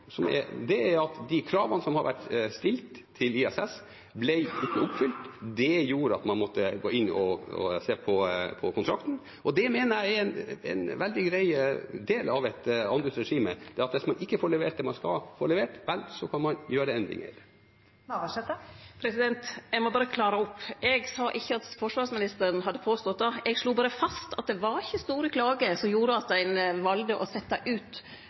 er at de kravene som har vært stilt til ISS, ikke ble oppfylt. Det gjorde at man måtte gå inn og se på kontrakten. Jeg mener det er en veldig grei del av et anbudsregime at hvis man ikke får levert det man skal få levert, vel, så kan man gjøre endringer. Liv Signe Navarsete – til oppfølgingsspørsmål. Eg må berre klare opp. Eg sa ikkje at forsvarsministeren hadde påstått det. Eg slo berre fast at det var ikkje stor klage som gjorde at ein valde å setje reinhaldet ut